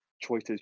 choices